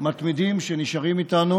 למתמידים שנשארים איתנו.